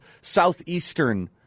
southeastern